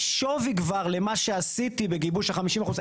יש שווי כבר למה שעשיתי בגיבוש 50 האחוזים.